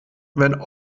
wenn